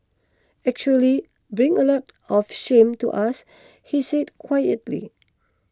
actually bring a lot of shame to us he said quietly